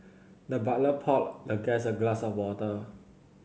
the butler poured the guest a glass of water